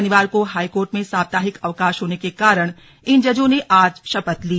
शनिवार को हाईकोर्ट में साप्ताहिक अवकाश होने के कारण इन जजों ने आज शपथ ली